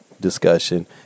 discussion